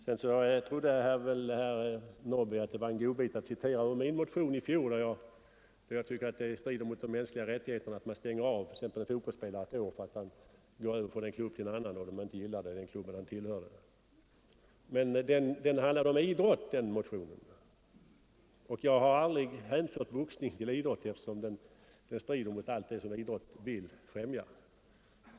Herr Norrby trodde väl att det var en godbit att citera ur min motion från i fjol, där jag tycker det strider mot de mänskliga rättigheterna att stänga av t.ex. en fotbollsspelare ett år för att han går över från en klubb till en annan om han inte gillar den klubb han tillhör. Men den motionen handlar om idrotten och jag har aldrig hänfört boxning till idrott eftersom den strider mot allt vad idrott vill främja.